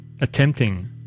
attempting